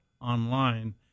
online